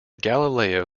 galileo